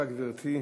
בבקשה, גברתי,